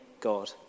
God